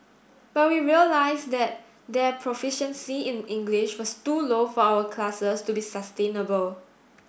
but we realised that that their proficiency in English was too low for our classes to be sustainable